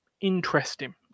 interesting